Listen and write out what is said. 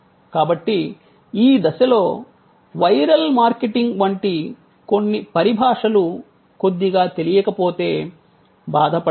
కాబట్టి ఈ దశలో వైరల్ మార్కెటింగ్ వంటి కొన్ని పరిభాషలు కొద్దిగా తెలియకపోతే బాధపడకండి